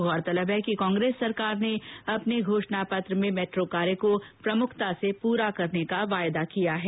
गौरतलब है कि कांग्रेस सरकार ने अपने घोषणा पत्र में मैट्रो कार्य को प्रमुखता से पूरा कराने का वादा किया है